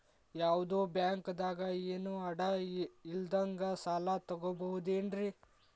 ಯಾವ್ದೋ ಬ್ಯಾಂಕ್ ದಾಗ ಏನು ಅಡ ಇಲ್ಲದಂಗ ಸಾಲ ತಗೋಬಹುದೇನ್ರಿ?